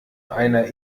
einer